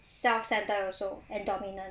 self-centred also and dominant